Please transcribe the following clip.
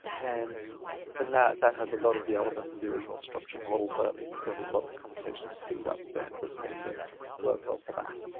and and that that has a lot of the elements of the original structure model, but it's got a lot of computational speed ups that that make it work well for that.